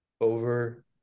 over